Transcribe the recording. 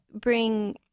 bring –